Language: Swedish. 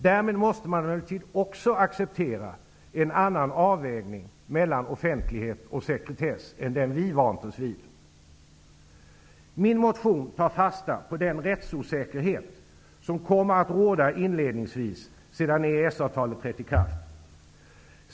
Därmed måste man emellertid också acceptera en annan avvägning mellan offentlighet och sekretess än den vi vant oss vid. Min motion tar fasta på den rättsosäkerhet som kommer att råda inledningsvis, sedan EES-avtalet trätt i kraft.